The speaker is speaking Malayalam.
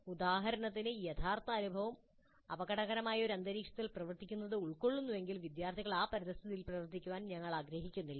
ഉദാഹരണത്തിന് യഥാർത്ഥ അനുഭവം അപകടകരമായ ഒരു അന്തരീക്ഷത്തിൽ പ്രവർത്തിക്കുന്നത് ഉൾക്കൊള്ളുന്നുവെങ്കിൽ വിദ്യാർത്ഥികൾ ആ പരിതസ്ഥിതിയിൽ പ്രവർത്തിക്കാൻ ഞങ്ങൾ ആഗ്രഹിക്കുന്നില്ല